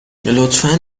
لطفا